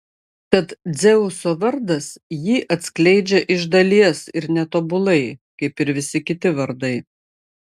tad dzeuso vardas jį atskleidžia iš dalies ir netobulai kaip ir visi kiti vardai